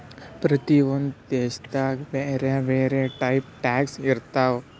ಪ್ರತಿ ಒಂದ್ ದೇಶನಾಗ್ ಬ್ಯಾರೆ ಬ್ಯಾರೆ ಟೈಪ್ ಟ್ಯಾಕ್ಸ್ ಇರ್ತಾವ್